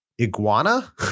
Iguana